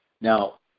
Now